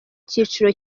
cyiciro